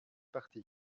parti